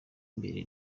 mbere